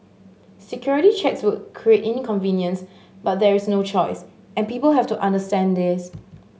security checks will create inconvenience but there is no choice and people have to understand this